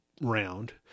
round